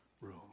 room